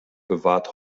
bewahrt